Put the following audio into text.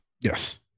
Yes